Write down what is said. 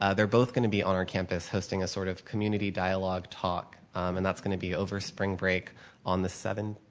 ah they're both going to be on our campus hosting a sort of community dialog, talk and that's going to be over spring break on the seventeenth?